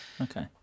Okay